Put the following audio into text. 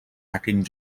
acting